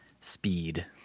speed